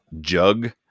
jug